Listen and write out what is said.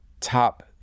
top